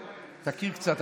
תכיר קצת.